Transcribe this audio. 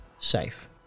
safe